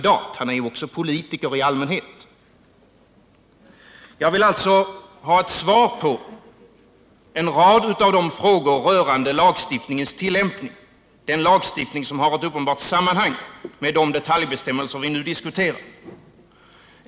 utan också politiker i allmänhet. Jag vill alltså ha svar på en rad av de frågor rörande den lagstiftnings tillämpning som har ett uppenbart sammanhang med de detaljbestämmelser vi nu diskuterar.